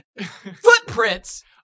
footprints